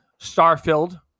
Starfield